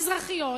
מזרחיות,